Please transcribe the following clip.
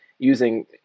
Using